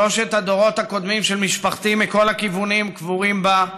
שלושת הדורות הקודמים של משפחתי מכל הכיוונים קבורים בה,